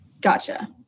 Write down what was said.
Gotcha